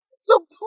Support